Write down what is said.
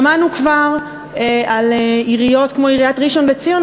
שמענו כבר על עיריות כמו עיריית ראשון-לציון,